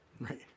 Right